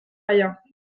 rien